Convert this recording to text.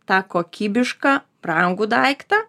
tą kokybišką brangų daiktą